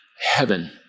heaven